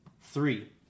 three